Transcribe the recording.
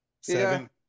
Seven